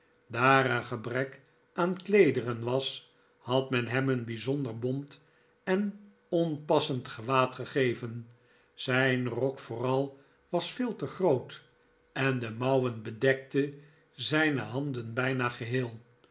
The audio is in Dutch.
er gebrek aan kleederen was had men hem een bijzonder bont en onpassend gewaad gegeven zijn rok vooral was veel te groot en de mouwen bedekte zijne handen bijna geheel